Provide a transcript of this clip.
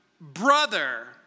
brother